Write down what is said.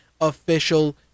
official